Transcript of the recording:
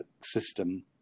system